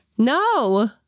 No